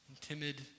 timid